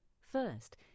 First